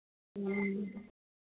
ह्म्म